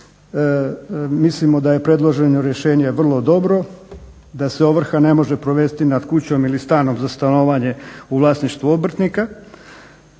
Mislimo da je predloženo rješenje vrlo dobro. Da se ovrha ne može provesti nad kućom ili stanom za stanovanje u vlasništvu obrtnika.